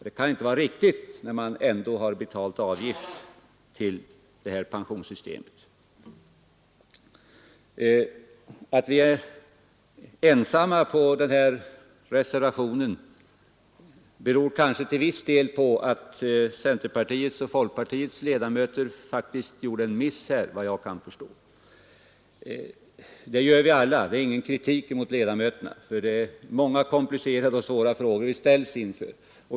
Det kan inte vara riktigt när man ändå har betalt avgift till det här pensionssystemet. Att herr Andersson i Ljung och jag är ensamma på den här reservationen beror kanske till viss del på att centerpartiets och folkpartiets ledamöter i utskottet faktiskt har gjort en miss här. Sådana gör vi alla. Jag säger det inte som kritik mot ledamöterna. Det är många komplicerade frågor vi ställs inför.